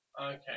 Okay